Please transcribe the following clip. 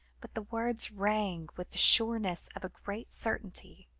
but the words rang with the sureness of a great certainty.